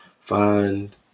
find